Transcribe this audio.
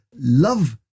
love